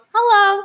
Hello